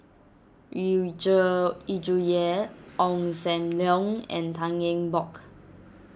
Yu Zhuye Ong Sam Leong and Tan Eng Bock